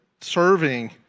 serving